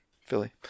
philly